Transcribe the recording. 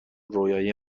رویایی